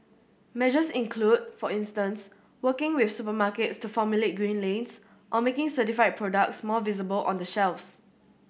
measures include for instance working with supermarkets to formulate green lanes or making certified products more visible on the shelves